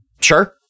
Sure